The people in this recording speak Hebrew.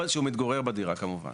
שהוא מתגורר בדירה, כמובן.